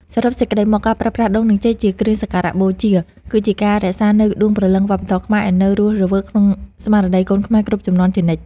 សរុបសេចក្តីមក ការប្រើប្រាស់ដូង និងចេកជាគ្រឿងសក្ការបូជា គឺជាការរក្សានូវដួងព្រលឹងវប្បធម៌ខ្មែរឱ្យនៅរស់រវើកក្នុងស្មារតីកូនខ្មែរគ្រប់ជំនាន់ជានិច្ច។